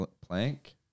Plank